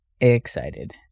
Excited